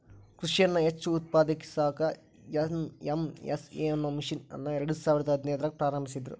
ಕೃಷಿಯನ್ನ ಹೆಚ್ಚ ಉತ್ಪಾದಕವಾಗಿಸಾಕ ಎನ್.ಎಂ.ಎಸ್.ಎ ಅನ್ನೋ ಮಿಷನ್ ಅನ್ನ ಎರ್ಡಸಾವಿರದ ಹದಿನೈದ್ರಾಗ ಪ್ರಾರಂಭಿಸಿದ್ರು